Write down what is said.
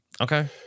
Okay